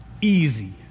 Easy